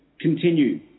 continue